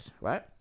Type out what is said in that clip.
Right